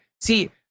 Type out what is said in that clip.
see